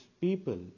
people